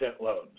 loans